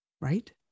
Right